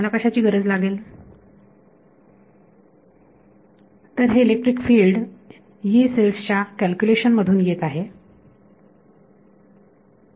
तर हे electric field यी सेल्स च्या कॅल्क्युलेशन मधून येत आहेत